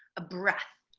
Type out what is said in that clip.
a breath,